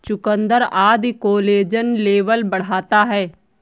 चुकुन्दर आदि collagen level बढ़ाता है